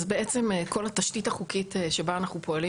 אז בעצם כל התשתית החוקית שבה אנחנו פועלים